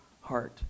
heart